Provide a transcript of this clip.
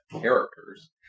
characters